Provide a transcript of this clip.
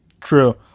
True